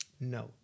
No